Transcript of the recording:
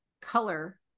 color